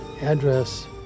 address